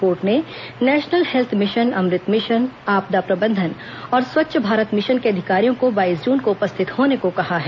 court ने national health mission Amrut mission आपदा प्रबंधन और स्वच्छ भारत मिशन के अधिकारियों को बाईस जून को उपस्थित होने को कहा है